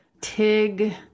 Tig